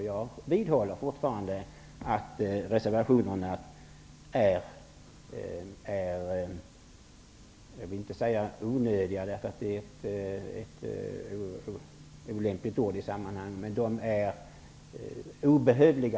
Jag vidhåller fortfarande att reservationerna är -- jag vill inte säga onödiga därför att det är ett olämpligt ord i sammanhanget -- i varje fall obehövliga.